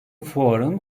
fuarın